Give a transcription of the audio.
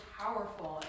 powerful